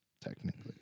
technically